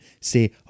say